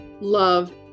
love